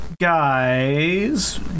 guys